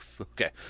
Okay